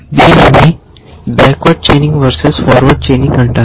దీనిని backward chaining versus forward chaining అంటారు